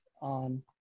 on